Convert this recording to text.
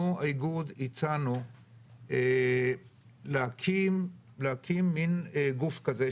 אנחנו האיגוד הצענו להקים מן גוף כזה,